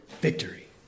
victory